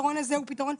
הפתרון הזה הוא פתרון.